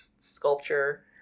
sculpture